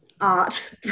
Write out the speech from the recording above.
art